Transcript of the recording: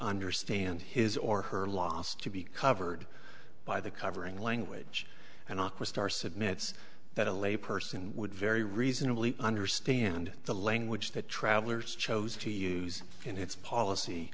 understand his or her loss to be covered by the covering language and aqua star submit so that a layperson would very reasonably understand the language that travelers chose to use in its policy